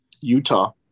Utah